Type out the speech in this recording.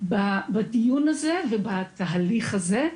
בדיון הזה ובתהליך הזה.